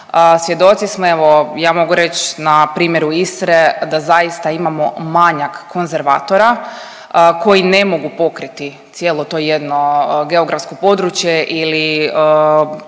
Svjedoci smo evo ja mogu reći na primjeru Istre da zaista imamo manjak konzervatora koji ne mogu pokriti cijelo to jedno geografsko područje ili